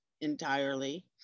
entirely